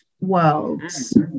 worlds